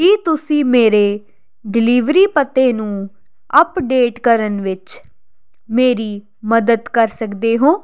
ਕੀ ਤੁਸੀਂ ਮੇਰੇ ਡਿਲਿਵਰੀ ਪਤੇ ਨੂੰ ਅੱਪਡੇਟ ਕਰਨ ਵਿੱਚ ਮੇਰੀ ਮਦਦ ਕਰ ਸਕਦੇ ਹੋ